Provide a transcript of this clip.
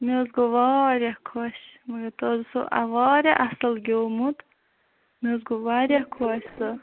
مےٚ حظ گوٚو واریاہ خۄش مَگر تۄہہِ حظ اوسوٕ واریاہ اصٕل گیومُت مےٚ حظ گوٚو واریاہ خۄش سُہ